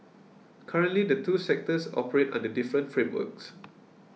currently the two sectors operate under different frameworks